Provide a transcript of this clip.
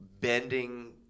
bending